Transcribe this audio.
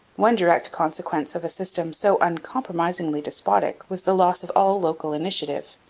one direct consequence of a system so uncompromisingly despotic was the loss of all local initiative.